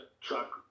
truck